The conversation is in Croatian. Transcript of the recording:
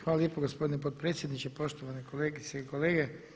Hvala lijepo gospodine potpredsjedniče, poštovane kolegice i kolege.